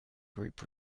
group